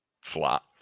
flat